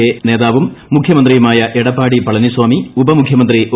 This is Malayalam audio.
കെ നേതാവും മുഖൃമന്ത്രിയുമായ എടപ്പാടി പളനിസ്വാമി ഉപമുഖൃമന്ത്രി ഒ